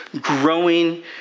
growing